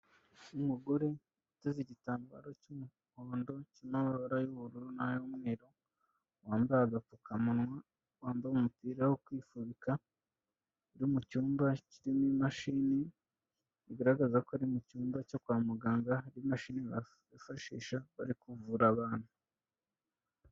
Uyu umugore uteze igitambaro cy'umuhondo kirimo amabara y'ubururu nay’umweru, wambaye agapfukamunwa wambaye umupira wo kwifubika uri mu cyumba kirimo imashini bigaragaza ko ari mu cyumba cyo kwa muganga hari imashini yifashishwa bari kuvura abantu.